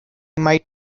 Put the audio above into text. might